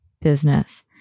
business